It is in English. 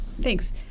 Thanks